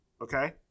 okay